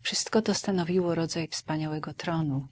wszystko to stanowiło rodzaj wspaniałego tronu